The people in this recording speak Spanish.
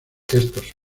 estos